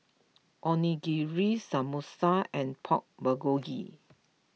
Onigiri Samosa and Pork Bulgogi